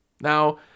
Now